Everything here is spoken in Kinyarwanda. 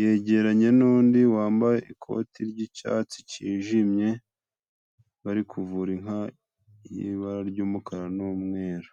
yegeranye n'undi wambaye ikoti ry'icyatsi cyijimye, bari kuvura inka y'ibara ry'umukara n'umweru.